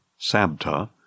Sabta